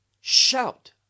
Shout